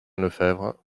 lefebvre